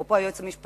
אפרופו היועץ המשפטי,